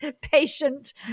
patient